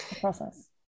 process